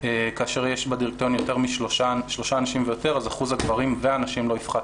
כאשר יש בדירקטוריון שלושה אנשים ויותר אז אחוז הגברים והנשים לא יפחת